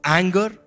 anger